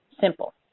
simple